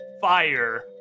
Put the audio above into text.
fire